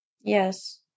Yes